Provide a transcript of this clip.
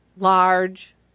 large